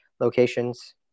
locations